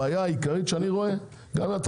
הבעיה העיקרית שאני רואה גם אם אתה